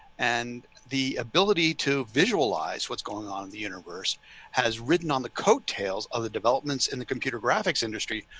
and the ability to visualize what's going on in the universe has written on the coattails of the developments in the computer graphics industry,